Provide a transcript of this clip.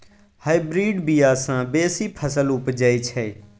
hybrid बीया सँ बेसी फसल उपजै छै